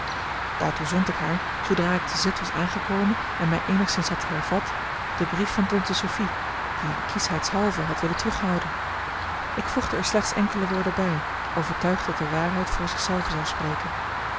daartoe zond ik haar zoodra ik te z was aangekomen en mij eenigszins had hervat den brief van tante sophie dien ik kieschheidshalve had willen terughouden ik voegde er slechts enkele woorden bij overtuigd dat de waarheid voor zich zelve zou spreken